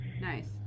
nice